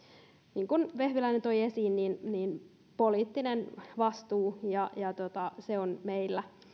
niin kuin vehviläinen toi esiin poliittinen vastuu on meillä